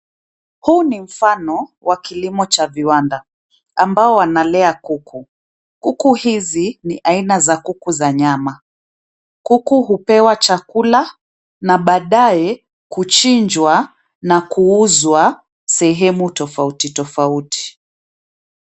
Huu ni mfano wa, kilimo cha viwanda ambao wanalea kuku. Kuku hizi ni aina za kuku za nyama. Kuku hupewa chakula na badaye kuchinjwa na kuuzwa sehemu tofauti tofauti.